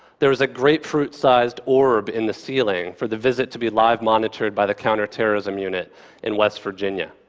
there was a grapefruit-sized orb in the ceiling for the visit to be live-monitored by the counterterrorism unit in west virginia.